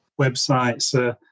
websites